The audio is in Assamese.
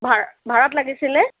ভাড়াত লাগিছিলে